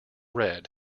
red